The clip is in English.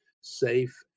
safe